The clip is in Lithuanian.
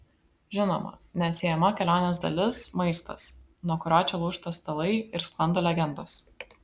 žinoma neatsiejama kelionės dalis maistas nuo kurio čia lūžta stalai ir sklando legendos